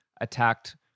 attacked